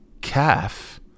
calf